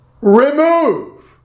remove